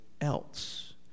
else